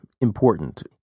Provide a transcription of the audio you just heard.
important